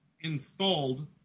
installed